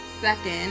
Second